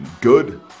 good